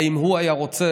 האם הוא היה רוצה